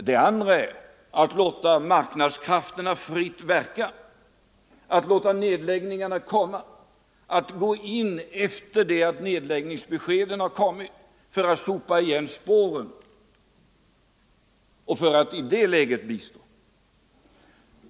Alternativet är att låta marknadskrafterna fritt verka, att låta nedläggningarna komma, att gå in efter det att nedläggningsbeskeden har kommit för att sopa igen spåren och för att i det läget bistå.